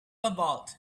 about